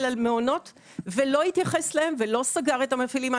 על מעונות ולא התייחס אליהם ולא סגר את המפעילים.